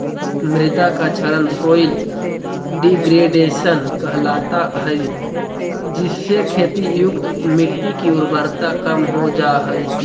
मृदा का क्षरण सॉइल डिग्रेडेशन कहलाता है जिससे खेती युक्त मिट्टी की उर्वरता कम हो जा हई